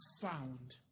found